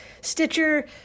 Stitcher